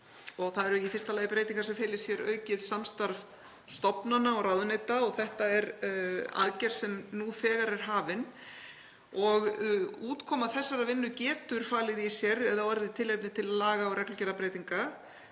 Það eru í fyrsta lagi breytingar sem fela í sér aukið samstarf stofnana og ráðuneyta og þetta er aðgerð sem nú þegar er hafin. Útkoma þessarar vinnu getur falið í sér eða orðið tilefni til laga og reglugerðarbreytinga.